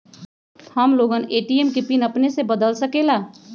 हम लोगन ए.टी.एम के पिन अपने से बदल सकेला?